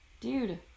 dude